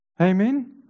Amen